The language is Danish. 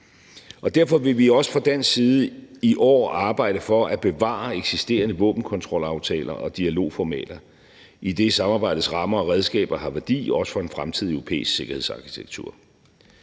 Derfor vil vi også fra dansk side i år arbejde for at bevare eksisterende våbenkontrolaftaler og dialogformater, idet samarbejdets rammer og redskaber også har værdi for en fremtidig europæisk sikkerhedsarkitektur.